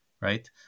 right